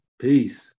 Peace